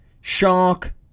shark